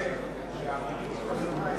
מה שהוא אומר,